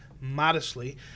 modestly